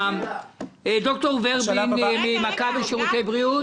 ד"ר ורבין ממכבי שירותי בריאות.